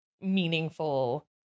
meaningful